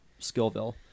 Skillville